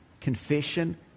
confession